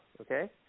okay